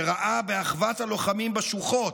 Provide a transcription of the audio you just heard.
שראה באחוות הלוחמים בשוחות,